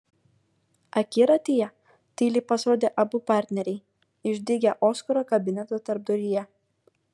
akiratyje tyliai pasirodė abu partneriai išdygę oskaro kabineto tarpduryje